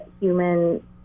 human